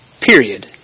Period